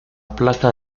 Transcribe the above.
placa